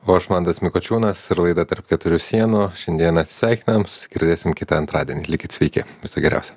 o aš mantas mikočiūnas ir laida tarp keturių sienų šiandieną atsisveikinam susigirdėsim kitą antradienį likit sveiki viso geriausio